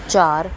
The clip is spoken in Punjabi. ਚਾਰ